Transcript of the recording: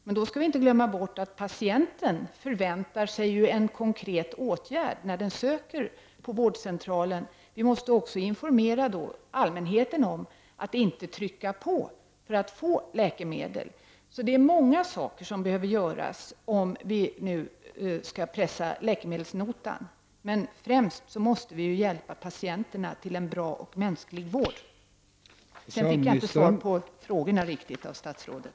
Men då skall vi inte glömma bort att patienten ju förväntar sig en konkret åtgärd när han söker på vårdcentralen. Vi måste då också informera allmänheten om att man inte skall trycka på för att få läkemedel. Det är alltså många saker som behöver göras, om vi nu skall pressa läkemedelsnotan. Men främst måste vi ju hjälpa patienterna till en bra och mänsklig vård. Sedan fick jag inte riktigt svar på frågorna av statsrådet.